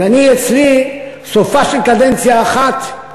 אז אצלי סופה של קדנציה אחת,